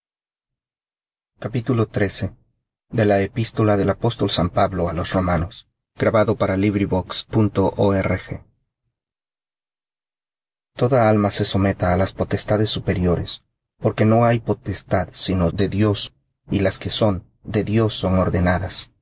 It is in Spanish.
no lo toda alma se someta á las potestades superiores porque no hay potestad sino de dios y las que son de dios son ordenadas